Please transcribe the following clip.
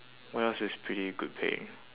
what else is pretty good pay